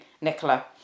Nicola